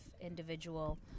individual